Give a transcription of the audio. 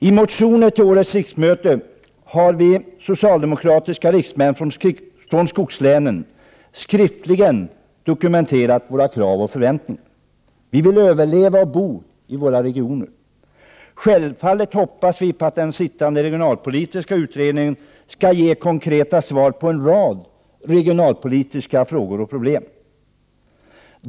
I motioner till årets riksmöte har vi socialdemokratiska riksdagsmän från skogslänen skriftligen dokumenterat våra krav och förväntningar. Vi vill bo kvar och överleva i våra regioner. Självfallet hoppas vi på att den sittande regionalpolitiska utredningen skall ge konkreta svar på en rad regionalpolitiska frågor och problem.